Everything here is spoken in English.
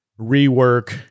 rework